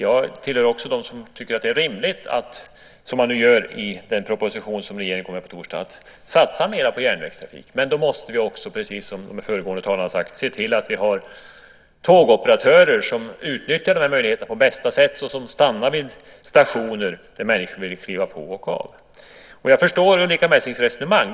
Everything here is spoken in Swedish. Jag tillhör också dem som tycker att det är rimligt - som man nu gör i den proposition som regeringen kommer med på torsdag - att satsa mera på järnvägstrafik. Men då måste vi också, som de föregående talarna har sagt, se till att vi har tågoperatörer som utnyttjar de här möjligheterna på bästa sätt, så att tågen stannar vid stationer där människor vill kliva på och av. Jag förstår Ulrica Messings resonemang.